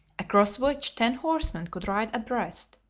across which ten horsemen could ride abreast,